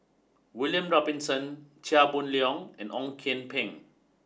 William Robinson Chia Boon Leong and Ong Kian Peng